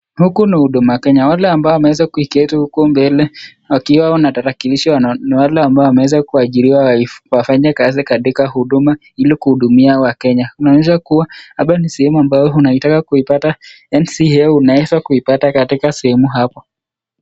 Huku ni huduma Kenya wale ambao wameweza kuiketi huko mbele wakiwa na tarakilishi ni wale ambao wameweza kuajiriwa wafanye kazi katika huduma ili kuhudumia Wakenya. Inaonyesha kuwa hapa ni sehemu ambayo unaitaka kuipata NCA unaweza kuipata katika sehemu hapo.